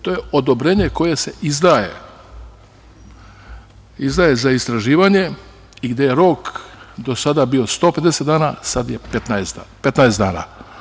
To je odobrenje koje se izdaje za istraživanje i gde je rok do sada bio 150 dana, sada je 15 dana.